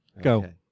Go